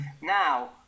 Now